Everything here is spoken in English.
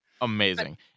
Amazing